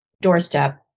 doorstep